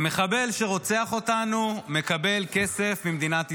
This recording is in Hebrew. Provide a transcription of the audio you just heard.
מחבל שרוצח אותנו מקבל כסף ממדינת ישראל.